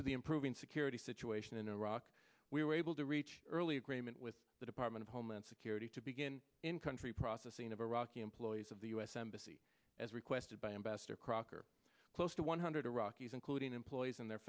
to the improving security situation in iraq we were able to reach early agreement with the department of homeland security to begin in country processing of iraq employees of the u s embassy as requested by ambassador crocker close to one hundred iraqis including employees and their